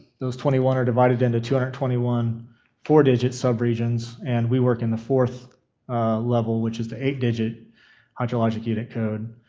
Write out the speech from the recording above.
those twenty one are divided into two hundred and twenty one four digit sub regions. and we work in the fourth level, which is the eight digit hydrologic unit code